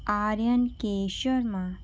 Aryan K Sharma